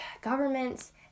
governments